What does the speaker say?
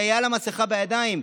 והייתה לה מסכה בידיים,